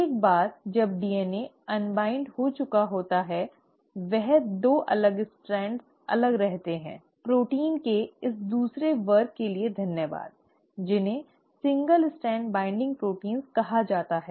एक बार जब DNA अन्वाइन्ड हो चुका होता है वह 2 अलग स्ट्रैंड्स अलग रहते हैं प्रोटीन के दूसरे वर्ग के लिए धन्यवाद जिन्हें एकल स्ट्रैंड बाइंडिंग प्रोटीन कहा जाता है